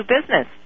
business